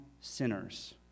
sinners